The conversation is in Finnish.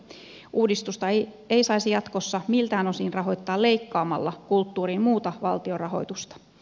uudistusta ei saisi jatkossa miltään osin rahoittaa leikkaamalla kulttuurin muuta valtion rahoitusta